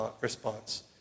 response